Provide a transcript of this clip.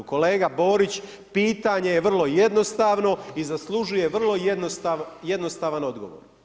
Kolega Borić, pitanje je vrlo jednostavno i zaslužuje vrlo jednostavan odgovor.